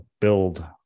build